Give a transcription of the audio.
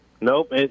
Nope